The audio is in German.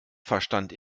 verstand